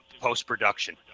post-production